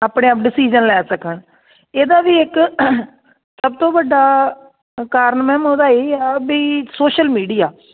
ਆਪਣੇ ਆਪ ਡਿਸੀਜ਼ਨ ਲੈ ਸਕਣ ਇਹਦਾ ਵੀ ਇੱਕ ਸਭ ਤੋਂ ਵੱਡਾ ਕਾਰਨ ਮੈਮ ਉਹਦਾ ਇਹ ਆ ਵੀ ਸੋਸ਼ਲ ਮੀਡੀਆ